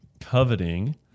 coveting